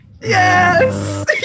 Yes